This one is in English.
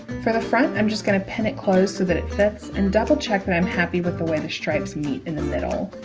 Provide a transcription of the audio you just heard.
for the front i'm just going to pin it closed so that it fits and double check that i'm happy with the way the stripes meet in the middle